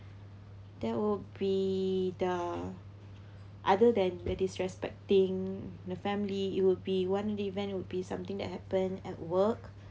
there will be the other than the disrespecting the family it will be one event would be something that happened at work